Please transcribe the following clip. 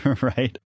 right